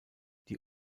die